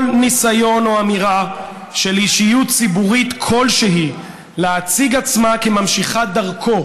כל ניסיון או אמירה של אישיות ציבורית כלשהי להציג עצמה כממשיכת דרכו,